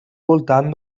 voltant